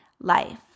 life